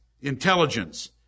intelligence